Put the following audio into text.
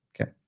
Okay